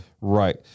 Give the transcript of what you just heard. Right